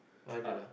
I don't know